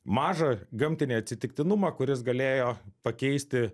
mažą gamtinį atsitiktinumą kuris galėjo pakeisti